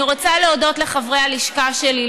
אני רוצה להודות לחברי הלשכה שלי,